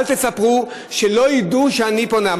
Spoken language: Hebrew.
אל תספרו, שלא ידעו שאני פונה.